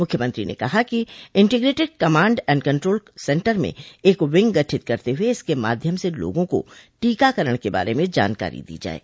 मुख्यमंत्री ने कहा कि integrated command and control centre में एक विंग गठित करते हुए इसके माध्यम से लोगों को टीकाकरण के बारे में जानकारी दी जाये